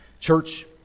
Church